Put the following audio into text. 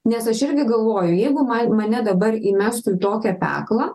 nes aš irgi galvoju jeigu ma mane dabar įmestų tokią peklą